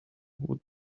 would